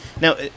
Now